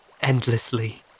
endlessly